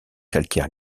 calcaire